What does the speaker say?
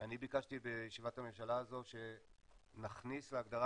אני ביקשתי בישיבת הממשלה הזאת שנכניס להגדרה